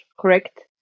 correct